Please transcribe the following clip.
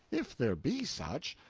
if there be such,